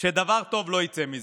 שדבר טוב לא יצא מזה.